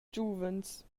giuvens